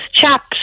chaps